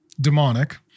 demonic